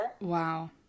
Wow